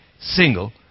Single